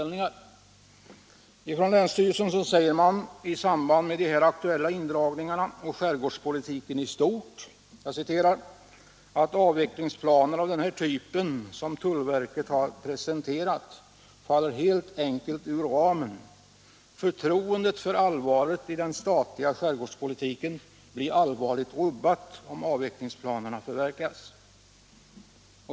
Länsstyrelsen säger beträffande de här aktuella indragningarna och skärgårdspolitiken i stort att avvecklingsplaner av den typ som tullverket har presenterat helt enkelt faller ur ramen och att förtroendet för allvaret i den statliga skärgårdspolitiken blir allvarligt rubbat om avvecklingsplanerna förverkligas.